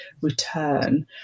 return